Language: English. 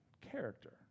character